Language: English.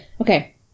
Okay